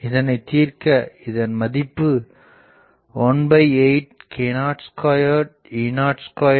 இதனை தீர்க்க இதன் மதிப்பு 18k02E02 y0a4